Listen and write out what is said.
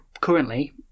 currently